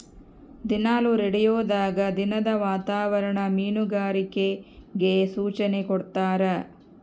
ದಿನಾಲು ರೇಡಿಯೋದಾಗ ದಿನದ ವಾತಾವರಣ ಮೀನುಗಾರರಿಗೆ ಸೂಚನೆ ಕೊಡ್ತಾರ